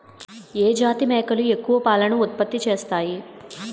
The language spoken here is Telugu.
ఏ జాతి మేకలు ఎక్కువ పాలను ఉత్పత్తి చేస్తాయి?